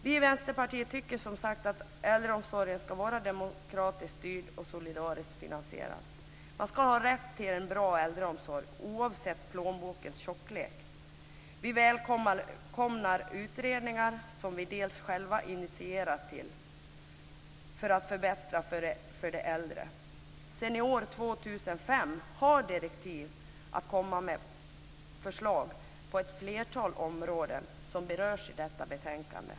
Vi i Vänsterpartiet tycker, som sagt, att äldreomsorgen ska vara demokratiskt styrd och solidariskt finansierad. Man ska ha rätt till en bra äldreomsorg, oavsett plånbokens tjocklek. Vi välkomnar utredningarna, som vi delvis själva initierat, när det gäller att förbättra för de äldre. Senior 2005 har direktiv att komma med förslag på ett flertal områden som berörs i detta betänkande.